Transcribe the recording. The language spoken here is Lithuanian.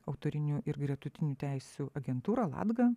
autorinių ir gretutinių teisių agentūra latga